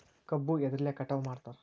ಕಬ್ಬು ಎದ್ರಲೆ ಕಟಾವು ಮಾಡ್ತಾರ್?